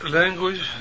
language